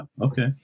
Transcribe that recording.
Okay